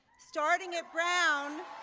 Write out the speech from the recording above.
starting at brown